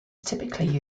typically